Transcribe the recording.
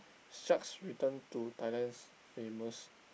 sharks return to Thailand's famous